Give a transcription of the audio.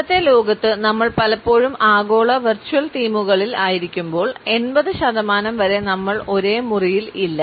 ഇന്നത്തെ ലോകത്ത് നമ്മൾ പലപ്പോഴും ആഗോള വെർച്വൽ ടീമുകളിൽ ആയിരിക്കുമ്പോൾ 80 ശതമാനം വരെ നമ്മൾ ഒരേ മുറിയിൽ ഇല്ല